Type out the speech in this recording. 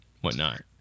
whatnot